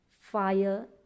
fire